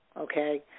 okay